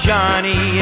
Johnny